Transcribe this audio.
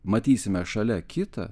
matysime šalia kitą